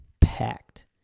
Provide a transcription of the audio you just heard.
packed